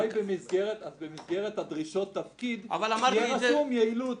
אז במסגרת דרישות התפקיד שיהיה רשום יעילות,